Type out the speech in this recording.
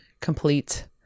complete